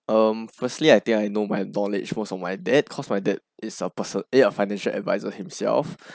um firstly I think I know my knowledge was from my dad cause my dad is a person eh financial adviser himself